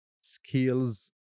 skills